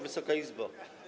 Wysoka Izbo!